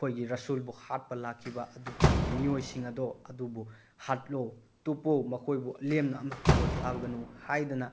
ꯑꯩꯈꯣꯏꯒꯤ ꯔꯁꯨꯜꯕꯨ ꯍꯥꯠꯄ ꯂꯥꯛꯈꯤꯕ ꯑꯗꯨꯒꯨꯝꯂꯕ ꯃꯤꯑꯣꯏꯁꯤꯡ ꯑꯗꯣ ꯑꯗꯨꯕꯨ ꯍꯥꯠꯂꯣ ꯇꯨꯞꯄꯣ ꯃꯈꯣꯏꯕꯨ ꯂꯦꯝꯅ ꯑꯃꯐꯥꯎꯕ ꯊꯥꯒꯅꯨ ꯍꯥꯏꯗꯅ